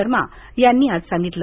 शर्मा यांनी आज सांगितलं